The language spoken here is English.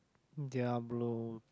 Diablo